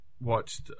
watched